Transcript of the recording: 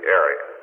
area